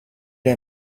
est